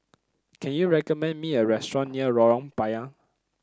can you recommend me a restaurant near Lorong Payah